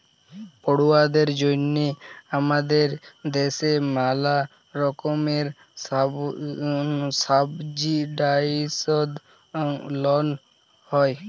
পড়ুয়াদের জন্যহে হামাদের দ্যাশে ম্যালা রকমের সাবসিডাইসদ লন হ্যয়